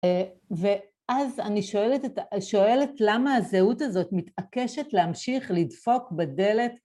ואז אני שואלת למה הזהות הזאת מתעקשת להמשיך לדפוק בדלת